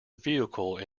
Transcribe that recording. vehicle